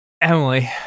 Emily